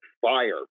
fire